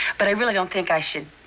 but i really don't think i should.